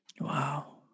Wow